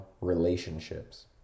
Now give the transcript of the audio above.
relationships